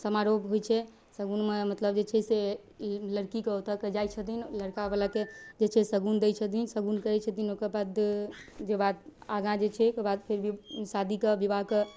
समारोह होइ छै शगुनमे मतलब जे छै से लड़कीके ओतऽ जाइ छथिन लड़कावला के जे छै शगुन दै छथिन शगुन करै छथिन ओकर बाद जे बात आगा जे छै ओकर बाद फेर शादीके बिवाहके